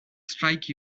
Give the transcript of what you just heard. strike